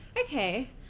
okay